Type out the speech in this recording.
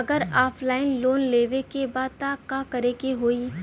अगर offline loan लेवे के बा त का करे के होयी?